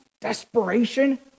desperation